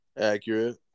Accurate